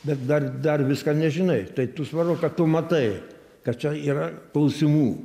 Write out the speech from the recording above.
bet dar dar viską nežinai tai tu svarbu kad tu matai kad čia yra klausimų